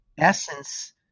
Essence